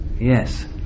yes